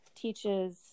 teaches